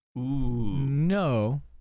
No